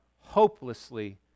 hopelessly